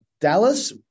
Dallas